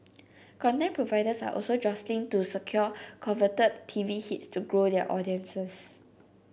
content providers are also jostling to secure coveted T V hits to grow their audiences